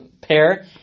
pair